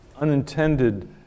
unintended